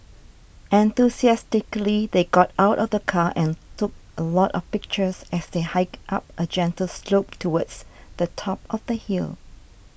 enthusiastically they got out of the car and took a lot of pictures as they hiked up a gentle slope towards the top of the hill